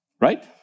right